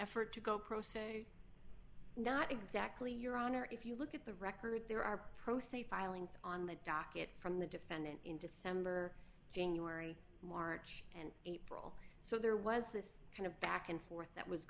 effort to go pro se not exactly your honor if you look at the record there are pro se filings on the docket from the defendant in december january march and april so there was this kind of back and forth that was